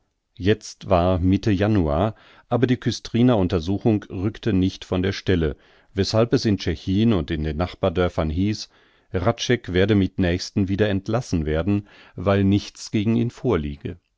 jetzt war mitte januar aber die küstriner untersuchung rückte nicht von der stelle weßhalb es in tschechin und den nachbardörfern hieß hradscheck werde mit nächstem wieder entlassen werden weil nichts gegen ihn vorliege